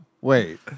Wait